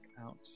out